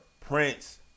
Prince